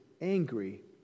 angry